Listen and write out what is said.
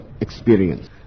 experience